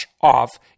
off